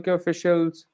officials